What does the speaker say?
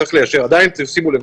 שצריך שימו לב,